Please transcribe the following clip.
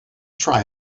try